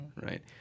right